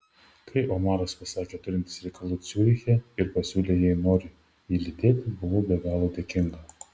kai omaras pasakė turintis reikalų ciuriche ir pasiūlė jei noriu jį lydėti buvau be galo dėkinga